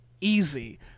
easy